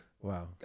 Wow